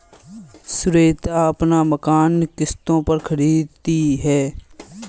श्वेता अपना मकान किश्तों पर खरीदी है